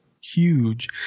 huge